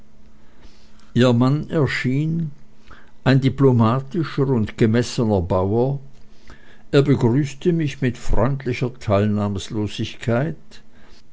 ihr mann erschien ein diplomatischer und gemessener bauer er begrüßte mich mit freundlicher